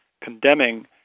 condemning